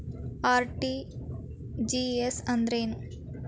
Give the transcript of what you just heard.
RTGS ಅಂದ್ರ ಏನ್ರಿ?